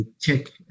check